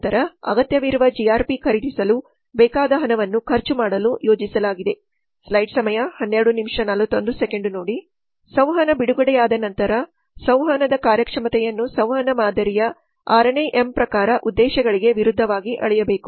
ನಂತರ ಅಗತ್ಯವಿರುವ ಜಿಆರ್ಪಿ ಖರೀದಿಸಲು ಬೇಕಾದ ಹಣವನ್ನು ಖರ್ಚು ಮಾಡಲು ಯೋಜಿಸಲಾಗಿದೆ ಸಂವಹನ ಬಿಡುಗಡೆಯಾದ ನಂತರ ಸಂವಹನದ ಕಾರ್ಯಕ್ಷಮತೆಯನ್ನು ಸಂವಹನ ಮಾದರಿಯ 6 ನೇ ಎಂ ಪ್ರಕಾರ ಉದ್ದೇಶಗಳಿಗೆ ವಿರುದ್ಧವಾಗಿ ಅಳೆಯಬೇಕು